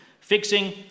Fixing